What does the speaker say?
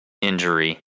injury